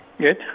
Good